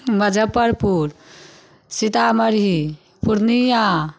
Muzaffarpur Sitamarhi Purnia